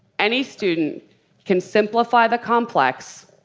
any student can simplify the complex,